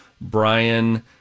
Brian